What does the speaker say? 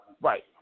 right